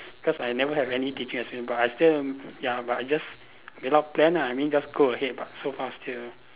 cause I never have any teaching experience but I still ya but I just without plan ah I mean just go ahead but so far still